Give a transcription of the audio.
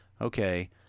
okay